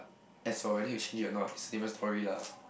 as for or not it's different story lah